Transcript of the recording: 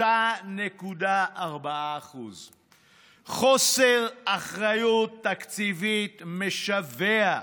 3.4%. חוסר אחריות תקציבית משווע.